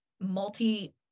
multi